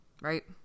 right